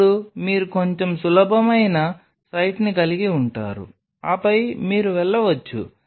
అప్పుడు మీరు కొంచెం సులభమైన సైట్ని కలిగి ఉంటారు ఆపై మీరు వెళ్లవచ్చు